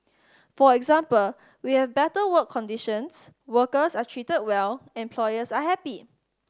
for example we have better work conditions workers are treated well employers are happy